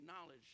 knowledge